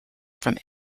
from